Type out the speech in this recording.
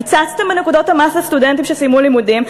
קיצצתם בנקודות המס לסטודנטים שסיימו לימודים,